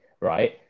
right